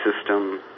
system